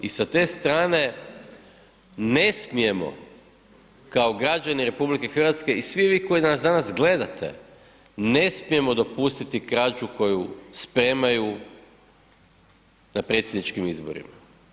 I sa te strane ne smijemo kao građani RH i svi vi koji nas danas gledate, ne smijemo dopustiti krađu koju spremaju na predsjedničkim izborima.